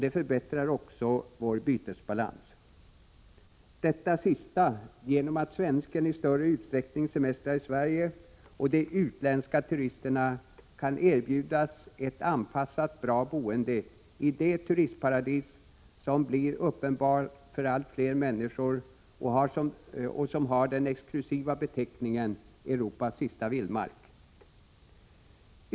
Det förbättrar också vår bytesbalans genom att svensken i större utsträckning semestrar i Sverige och de utländska turisterna kan erbjudas ett anpassat, bra boende i det turistparadis som blir uppenbart för allt fler människor och som har den exklusiva beteckningen ”Europas sista vildmark”.